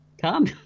Come